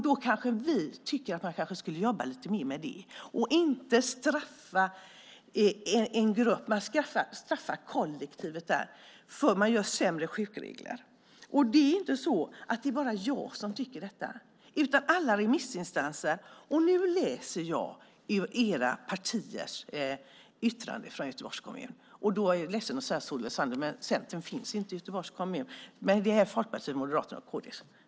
Då tycker vi att man kanske skulle jobba lite mer med det och inte straffa en grupp. Man straffar kollektivet genom sämre sjukregler. Det är inte bara jag som tycker detta, utan det gör också alla remissinstanser. Jag har läst ur partiernas yttranden från Göteborgs kommun. Jag är ledsen att säga till Solveig Zander att Centern inte finns med i Göteborgs kommun. Men det är Folkpartiet, Moderaterna och Kristdemokraterna.